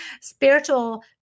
spiritual